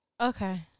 Okay